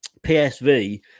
PSV